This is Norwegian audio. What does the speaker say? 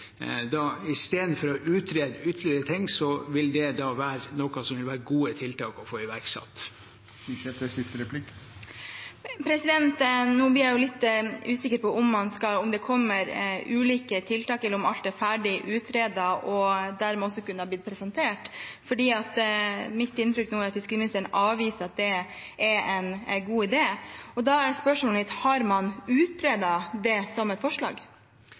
få iverksatt. Nå blir jeg litt usikker på om det kommer ulike tiltak, eller om alt er ferdig utredet og dermed også kan bli presentert. Mitt inntrykk nå er at fiskeriministeren avviser at det er en god idé, og da er spørsmålet mitt: Har man utredet det som et forslag?